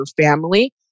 family